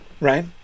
Right